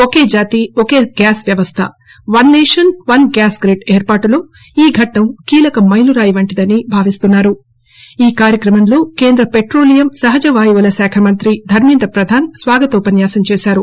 ఒకే జాతి ఒకే గ్యాస్ వ్యవస్ద one nation one gas grid ఏర్పాటులో ఈ ఘట్టం కీలక మెలురాయి వంటిదని ఈ కార్యక్రమంలో కేంద్ర పెట్రోలియం సహజ వాయువుల శాఖ మంత్రి ధర్మేంద్ర ప్రధాన్ స్వాగతోపన్యాసం చేశారు